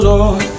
Lord